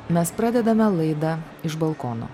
mes pradedame laidą iš balkono